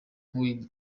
bw’i